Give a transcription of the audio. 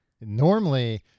Normally